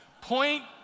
Point